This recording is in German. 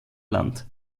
land